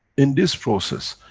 in this process,